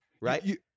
Right